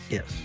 Yes